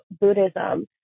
Buddhism